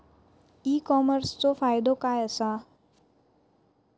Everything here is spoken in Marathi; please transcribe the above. ई कॉमर्सचो फायदो काय असा?